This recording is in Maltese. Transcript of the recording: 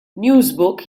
newsbook